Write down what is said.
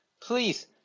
please